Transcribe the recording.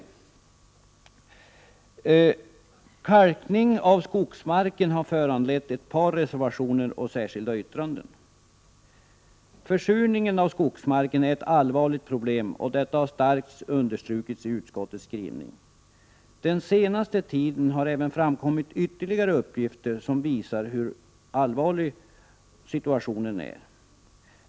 Frågan om kalkning av skogsmarken har föranlett ett par reservationer och särskilda yttranden. Försurningen av skogsmarken är ett allvarligt problem och detta har starkt understrukits i utskottets skrivning. Det har den senaste tiden även framkommit ytterligare uppgifter som visar på hur allvarlig situationen är.